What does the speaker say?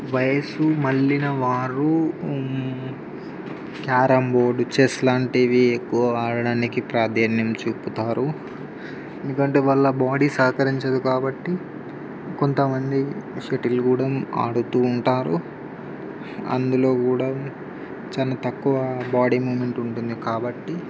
వయసు మళ్ళిన వారు క్యారం బోర్డు చెస్ లాంటివి ఎక్కువ ఆడడానికి ప్రాధాన్యం చూపుతారు ఎందుకంటే వాళ్ళ బాడీ సహకరించదు కాబట్టి కొంత మంది షటిల్ కూడా ఆడుతూ ఉంటారు అందులో కూడా చాలా తక్కువ బాడీ మూమెంట్ ఉంటుంది కాబట్టి